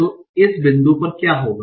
तो इस बिंदु पर क्या होगा